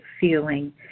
feeling